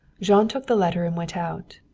jean took the letter and went out.